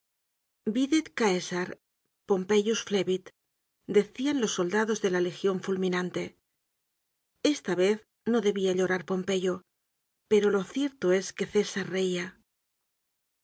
bidet cwsar pompeius flebit decian los soldados de la legion fulminante esta vez no debia llorar pompeyo pero lo cierto es que césar reia